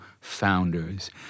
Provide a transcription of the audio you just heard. founders